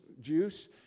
juice